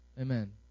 Amen